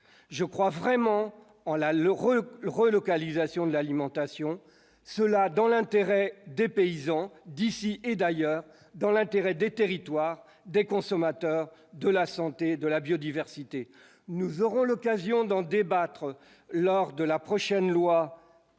je crois vraiment en la le Roeulx relocalisation de l'alimentation, cela dans l'intérêt des paysans d'ici et d'ailleurs dans l'intérêt des territoires des consommateurs de la santé de la biodiversité, nous aurons l'occasion d'en débattre lors de la prochaine loi